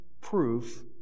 proof